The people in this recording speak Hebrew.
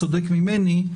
צודק ממני.